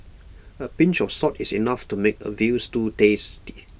A pinch of salt is enough to make A Veal Stew tasty